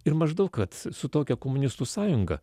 ir maždaug kad su tokia komunistų sąjunga